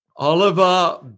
Oliver